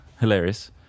hilarious